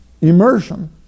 immersion